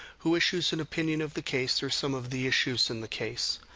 who issues an opinion of the case. there's some of the issues in the case.